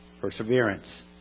perseverance